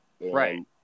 Right